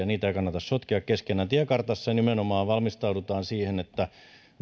niitä ei kannata sotkea keskenään tiekartassa nimenomaan valmistaudutaan siihen että